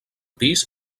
pis